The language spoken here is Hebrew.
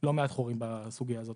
לא מעט חורים בסוגיה הזאת.